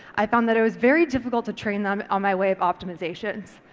i found that it was very difficult to train them on my way of optimisation.